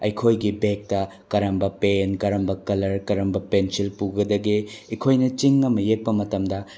ꯑꯩꯈꯣꯏꯒꯤ ꯕꯦꯛꯇ ꯀꯔꯝꯕ ꯄꯦꯟ ꯀꯔꯝꯕ ꯀꯂ꯭ꯔ ꯀꯔꯝꯕ ꯄꯦꯟꯁꯤꯜ ꯄꯨꯒꯗꯒꯦ ꯑꯩꯈꯣꯏꯅ ꯆꯤꯡ ꯑꯃ ꯌꯦꯛꯄ ꯃꯇꯝꯗ